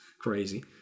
crazy